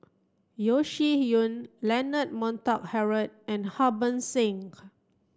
Yeo Shih Yun Leonard Montague Harrod and Harbans Singh